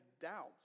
doubts